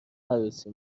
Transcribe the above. عروسی